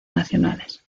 nacionales